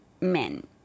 men